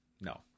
No